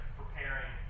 preparing